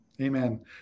Amen